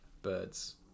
birds